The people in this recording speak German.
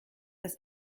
das